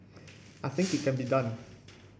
I think it can be done